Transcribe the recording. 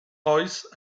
royce